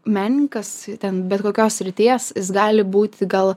menininkas ten bet kokios srities jis gali būti gal